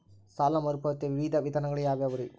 ಸಾಲ ಮರುಪಾವತಿಯ ವಿವಿಧ ವಿಧಾನಗಳು ಯಾವ್ಯಾವುರಿ?